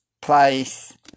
place